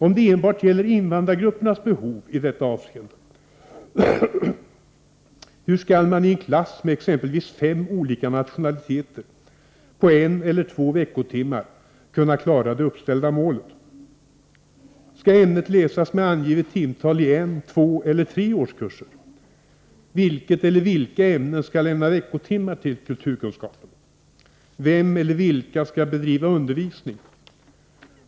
Om det enbart gäller invandrargruppernas behov i detta avseende, hur skall man i en klass med exempelvis fem olika nationaliteter på en eller två veckotimmar kunna klara det uppställda målet? Skall ämnet läsas med angivet timtal i en, två eller tre årskurser? Vilket eller vilka ämnen skall lämna veckotimmar till kulturkunskapen? Vem eller vilka skall bedriva undervisningen?